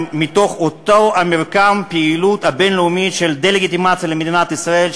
הם מתוך מרקם הפעילות הבין-לאומי של דה-לגיטימציה למדינת ישראל,